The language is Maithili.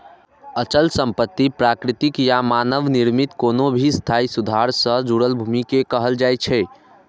अचल संपत्ति प्राकृतिक या मानव निर्मित कोनो भी स्थायी सुधार सं जुड़ल भूमि कें कहल जाइ छै